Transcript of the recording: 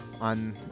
on